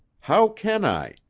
how can i?